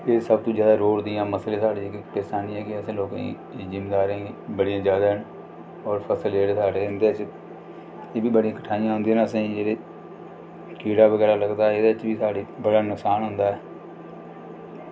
एह् सब तू जादै रोड़ दियां मसले साढ़े जेह्के करसानै लोकें गी जमींदारें गी बड़े जादै न होर फसल जेह्ड़े साढ़े इंदे च एह्बी बड़ी कठनाई औंदी ऐ जेह्ड़े साढ़े कीड़ा बगैरा लगदा ऐ एह्दे च बी साढ़ी बड़ा नुकसान होंदा ऐ